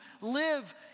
live